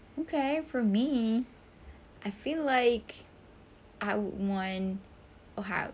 okay for me I feel like I would want a house